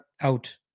out